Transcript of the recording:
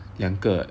两个 eh